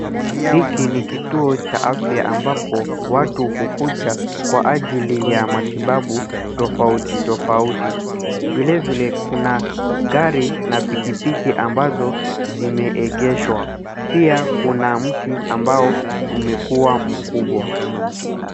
Hiki ni kituo cha afya ambapo watu hukuja kwa ajili ya matibabu tofauti tofauti. Vile vile, kuna gari na pikipiki ambazo zimeegeshwa. Pia, kuna mti ambao umekua mkubwa.